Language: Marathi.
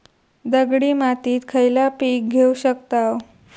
दगडी मातीत खयला पीक घेव शकताव?